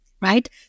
right